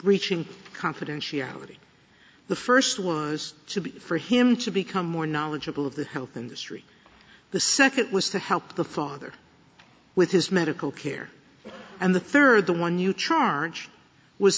breaching confidentiality the first was to be for him to become more knowledgeable of the health industry the second was to help the father with his medical care and the third the one new charge was